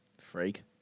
Freak